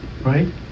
Right